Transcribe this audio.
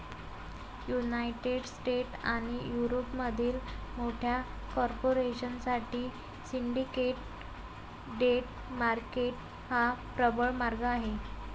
United states आणि युरोपमधील मोठ्या कॉर्पोरेशन साठी सिंडिकेट डेट मार्केट हा प्रबळ मार्ग आहे